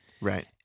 Right